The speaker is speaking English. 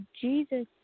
Jesus